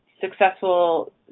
successful